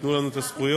תנו לנו את הזכויות.